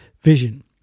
vision